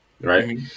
Right